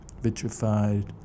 vitrified